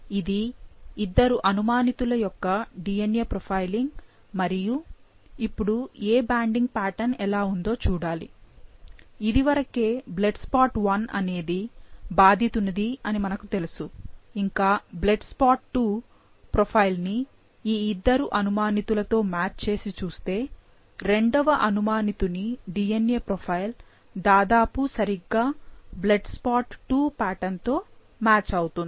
ఇది ఇద్దరు అనుమానితుల యొక్క DNA ప్రొఫైలింగ్ మరియు ఇపుడు ఏ బ్యాండింగ్ పాటర్న్ ఎలా ఉందొ చూడాలిఇది వరకే బ్లడ్ స్పాట్ 1 అనేది భాదితునిది అని మనకు తెలుసు ఇంకా బ్లడ్ స్పాట్ 2 ప్రొఫైల్ ని ఈ ఇద్దరు అనుమానితులతో మ్యాచ్ చేసి చూస్తే రెండవ అనుమానితుని DNA ప్రొఫైల్ దాదాపు సరిగ్గా బ్లడ్ స్పాట్ 2 పాటర్న్ తో మ్యాచ్ అవుతుంది